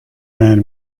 man